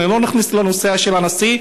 אני לא נכנס לנושא של הנשיא,